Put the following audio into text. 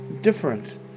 different